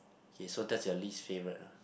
okay so that's your least favourite lah